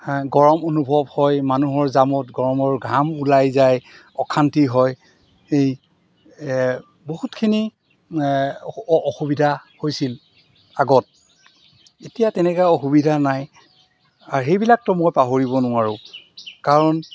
গৰম অনুভৱ হয় মানুহৰ জামত গৰমৰ ঘাম ওলাই যায় অশান্তি হয় এই বহুতখিনি অসুবিধা হৈছিল আগত এতিয়া তেনেকৈ অসুবিধা নাই আৰু সেইবিলাকতো মই পাহৰিব নোৱাৰোঁ কাৰণ